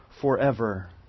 forever